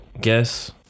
guess